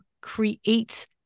create